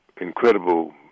Incredible